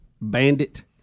bandit